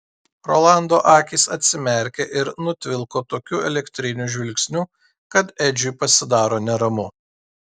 rolando akys atsimerkia ir nutvilko tokiu elektriniu žvilgsniu kad edžiui pasidaro neramu